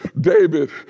David